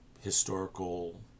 historical